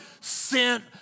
sent